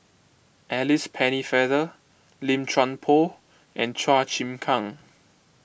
Alice Pennefather Lim Chuan Poh and Chua Chim Kang